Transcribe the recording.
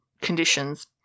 conditions